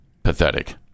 Pathetic